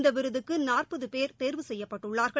இந்த விருதுக்கு நாற்பது பேர் தேர்வு செய்யப்பட்டுள்ளார்கள்